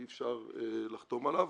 אי אפשר לחתום עליו.